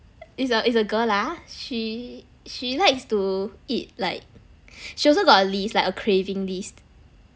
it's a it's a girl lah she she likes to eat like she also got a list like a craving list